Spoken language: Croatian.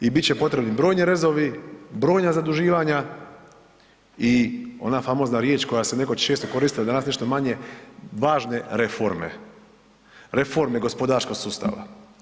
I bit će potrebni brojni rezovi, brojna zaduživanja i ona famozna riječ koja se nekoć često koristila, danas nešto manje „važne reforme“, reforme gospodarskog sustava.